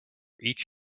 each